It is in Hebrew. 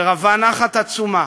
ורווה נחת עצומה